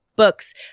books